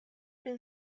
been